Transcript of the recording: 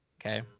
okay